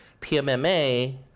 pmma